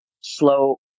slow